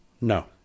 No